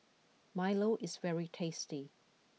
Milo is very tasty